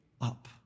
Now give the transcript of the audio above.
up